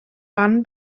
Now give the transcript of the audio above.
wann